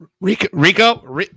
Rico